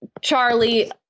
charlie